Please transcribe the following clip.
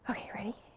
okay, ready?